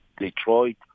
detroit